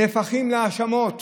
נהפכות להאשמות,